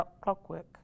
clockwork